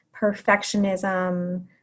perfectionism